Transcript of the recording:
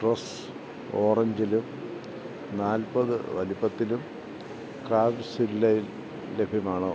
dress ഓറഞ്ചിലും നാൽപ്പത് വലുപ്പത്തിലും ക്രാഫ്റ്റ്സ്വില്ലയിൽ ലഭ്യമാണോ